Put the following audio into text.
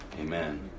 amen